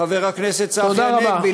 חבר הכנסת עמר בר-לב.